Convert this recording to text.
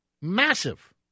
Massive